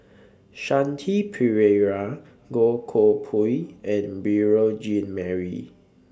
Shanti Pereira Goh Koh Pui and Beurel Jean Marie